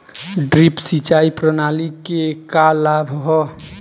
Drip सिंचाई प्रणाली के का लाभ ह?